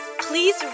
please